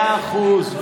מאה אחוז.